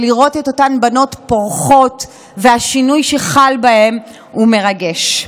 לראות את אותן בנות פורחות ואת השינוי שחל בהן זה מרגש.